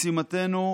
משימתנו,